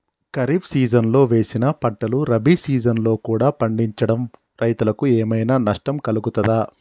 ఖరీఫ్ సీజన్లో వేసిన పంటలు రబీ సీజన్లో కూడా పండించడం రైతులకు ఏమైనా నష్టం కలుగుతదా?